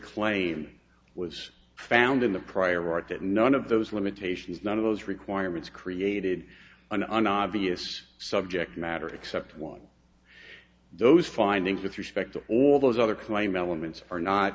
claim was found in the prior art that none of those limitations none of those requirements created and an obvious subject matter except one those findings with respect to all those other claim elements are not